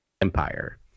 Empire